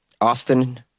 Austin